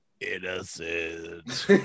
Innocent